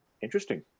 Interesting